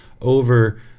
over